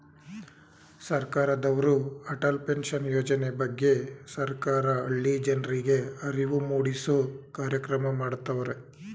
ಸರ್ಕಾರದವ್ರು ಅಟಲ್ ಪೆನ್ಷನ್ ಯೋಜನೆ ಬಗ್ಗೆ ಸರ್ಕಾರ ಹಳ್ಳಿ ಜನರ್ರಿಗೆ ಅರಿವು ಮೂಡಿಸೂ ಕಾರ್ಯಕ್ರಮ ಮಾಡತವ್ರೆ